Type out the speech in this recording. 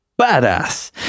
badass